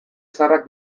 zaharrak